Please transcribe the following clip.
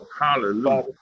Hallelujah